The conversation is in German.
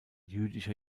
jüdischer